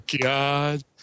god